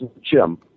Jim